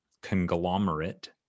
conglomerate